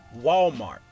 Walmart